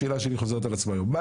השאלה שלי חוזרת על עצמה היום.